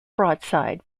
broadside